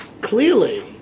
clearly